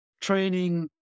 training